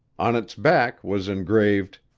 on its back was engraved,